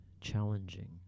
challenging